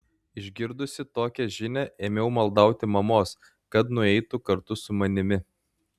išgirdusi tokią žinią ėmiau maldauti mamos kad nueitų kartu su manimi